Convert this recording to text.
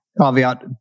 Caveat